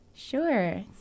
Sure